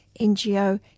NGO